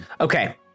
Okay